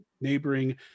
neighboring